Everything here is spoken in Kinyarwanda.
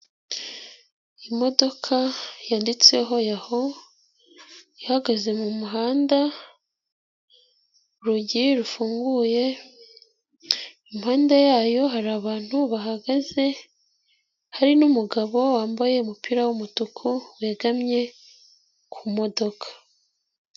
Imodoka yanditseho Yaho, ihagaze mu muhanda, urugi rufunguye, impande yayo hari abantu bahagaze, hari n'umugabo wambaye umupira w'umutuku wegamye ku modoka.